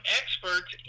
experts